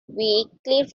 weekly